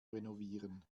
renovieren